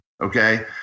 Okay